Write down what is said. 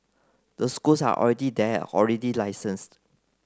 the schools are already there already licensed